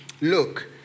look